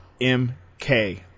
MK